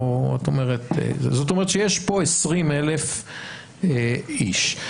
זאת אומרת שיש פה 20,000 איש.